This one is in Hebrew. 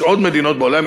יש עוד מדינות בעולם,